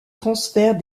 transfert